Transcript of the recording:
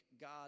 God